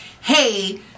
hey